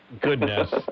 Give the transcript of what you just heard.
Goodness